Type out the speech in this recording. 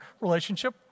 relationship